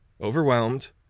Overwhelmed